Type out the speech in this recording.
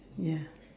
ya